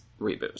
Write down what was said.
reboot